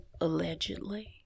Allegedly